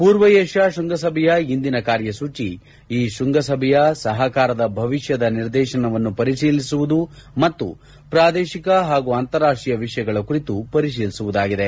ಪೂರ್ವ ಏಷ್ಯಾ ಶ್ವಂಗಸಭೆಯ ಇಂದಿನ ಕಾರ್ಯಸೂಚಿ ಈ ಶ್ವಂಗಸಭೆಯ ಸಹಕಾರದ ಭವಿಷ್ಯ ನಿರ್ದೇಶನವನ್ನು ಪರಿಶೀಲಿಸುವುದು ಮತ್ತು ಪ್ರಾದೇಶಿಕ ಹಾಗೂ ಅಂತಾರಾಷ್ಕೀಯ ವಿಷಯಗಳ ಕುರಿತು ಪರಿಶೀಲಿಸುವುದಾಗಿದೆ